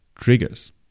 triggers